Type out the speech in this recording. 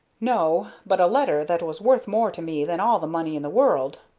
no, but a letter that was worth more to me than all the money in the world.